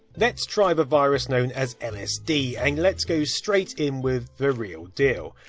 let's try the virus known as lsd, and let's go straight in with the real deal.